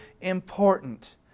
important